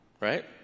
right